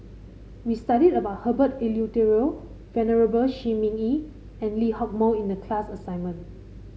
we studied about Herbert Eleuterio Venerable Shi Ming Yi and Lee Hock Moh in the class assignment